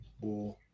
War